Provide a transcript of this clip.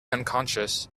unconscious